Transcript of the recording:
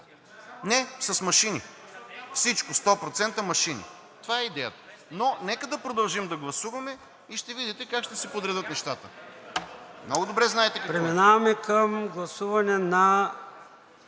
Не, с машини – всичко 100% машини. Това е идеята. Но нека да продължим да гласуваме и ще видите как ще се подредят нещата. Много добре знаете какво е.